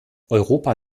europa